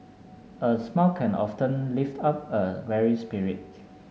a smile can often lift up a weary spirit